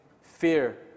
fear